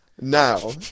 Now